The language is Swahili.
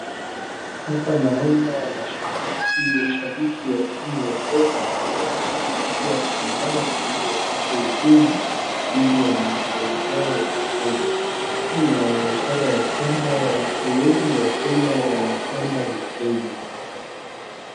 Hapa naona mashabiki wa timu ya Gor Mahia, wakishabikia timu yao ili wapate ushindi dhidi wa wenzao wakicheza, hii ina ishara ya kwamba watu wengi wa Kenya wanapenda michezo.